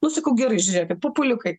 nu sakau gerai žiūrėkit pupuliukai